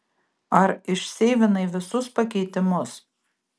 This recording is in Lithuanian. ar išseivinai visus pakeitimus